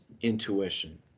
intuition